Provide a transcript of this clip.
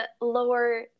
lower